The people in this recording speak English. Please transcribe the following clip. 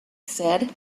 said